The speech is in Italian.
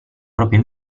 propria